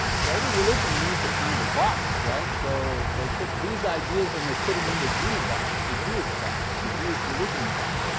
so every religion needs a, kind of, box right? so they took these ideas and they put them in the jew box, the jewish box, the jewish religion box.